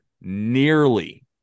nearly